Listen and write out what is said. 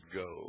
go